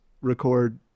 record